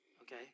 Okay